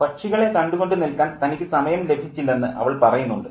പക്ഷികളെ കണ്ടു കൊണ്ടു നിൽക്കാൻ തനിക്ക് സമയം ലഭിച്ചില്ലെന്ന് അവൾ പറയുന്നുണ്ട്